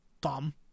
dumb